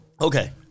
Okay